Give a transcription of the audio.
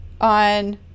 on